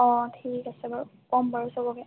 অঁ ঠিক আছে বাৰু ক'ম বাৰু সবকে